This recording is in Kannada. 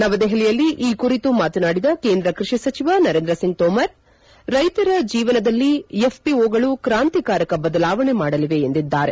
ನವದೆಹಲಿಯಲ್ಲಿ ಈ ಕುರಿತು ಮಾತನಾಡಿದ ಕೇಂದ್ರ ಕೃಷಿ ಸಚಿವ ನರೇಂದ್ರ ಸಿಂಗ್ ತೋಮರ್ ರೈತರ ಜೀವನರದಲ್ಲಿ ಎಫ್ ಪಿಒಗಳು ಕ್ರಾಂತಿಕಾರಕ ಬದಲಾವಣೆ ಮಾಡಲಿವೆ ಎಂದಿದ್ದಾರೆ